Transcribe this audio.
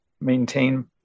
maintain